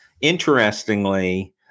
interestingly